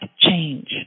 change